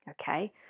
okay